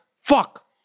fuck